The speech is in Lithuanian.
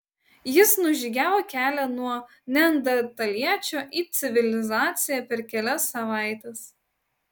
jis nužygiavo kelią nuo neandertaliečio į civilizaciją per kelias savaites